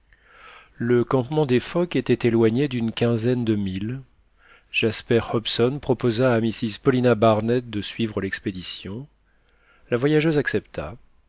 le campement des phoques était éloigné d'une quinzaine de milles jasper hobson proposa à mrs paulina barnett de suivre l'expédition la voyageuse accepta